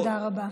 תודה רבה.